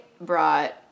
brought